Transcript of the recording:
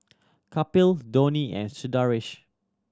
Kapil Dhoni and Sundaresh